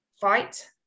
fight